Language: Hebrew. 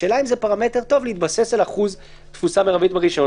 השאלה האם זה פרמטר טוב להתבסס על אחוז תפוסה מרבית ברישיון?